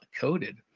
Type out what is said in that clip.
coded